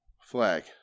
flag